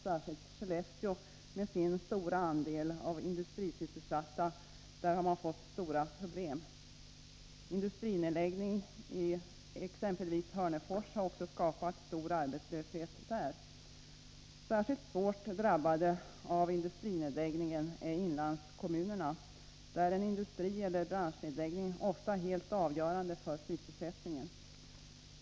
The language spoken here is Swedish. Särskilt Skellefteå med sin stora andel av industrisysselsatta har fått stora problem. Industrinedläggningen i exempelvis Hörnefors har också skapat stor arbetslöshet där. Särskilt svårt drabbade av industrinedläggningen är inlandskommunerna, där en industrieller branschnedläggning ofta är helt avgörande för sysselsättningen.